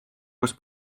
kus